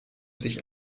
sich